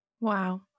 Wow